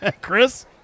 Chris